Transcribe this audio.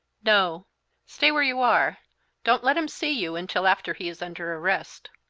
no stay where you are don't let him see you until after he is under arrest.